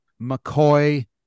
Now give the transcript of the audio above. McCoy